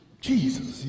jesus